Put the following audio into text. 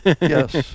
yes